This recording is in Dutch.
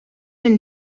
een